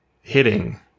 hitting